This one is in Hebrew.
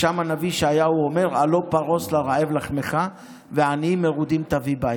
ושם הנביא ישעיהו אומר: "הלוא פרס לרעב לחמך וענים מרודים תביא בית".